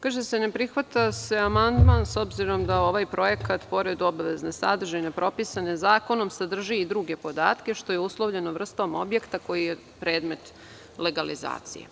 kaže se – ne prihvata se amandman, s obzirom da ovaj projekat pored obavezne sadržine propisane zakonom sadrže i druge podatke, što je uslovljeno vrstom objekta koji je predmet legalizacije.